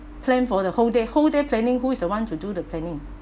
plan for the whole day whole day planning who is the one to do the planning